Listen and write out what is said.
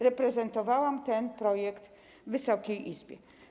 Reprezentowałam ten projekt Wysokiej Izbie.